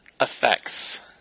effects